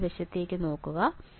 വലതുവശത്തേക്ക് നോക്കുക